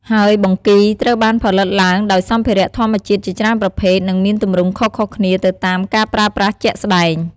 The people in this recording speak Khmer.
ហើយបង្គីត្រូវបានផលិតឡើងដោយសម្ភារៈធម្មជាតិជាច្រើនប្រភេទ និងមានទម្រង់ខុសៗគ្នាទៅតាមការប្រើប្រាស់ជាក់ស្តែង។